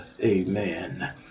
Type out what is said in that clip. amen